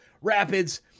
Rapids